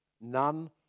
None